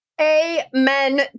Amen